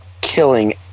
killing